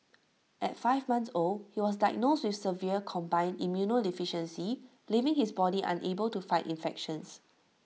at five months old he was diagnosed with severe combined immunodeficiency leaving his body unable to fight infections